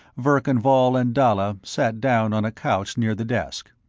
verkan vall and dalla sat down on a couch near the desk.